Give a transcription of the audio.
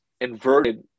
inverted